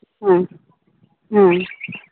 ᱦᱮᱸ ᱦᱮᱸ